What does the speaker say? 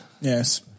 yes